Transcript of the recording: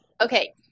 Okay